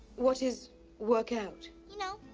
what is work out? you know,